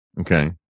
Okay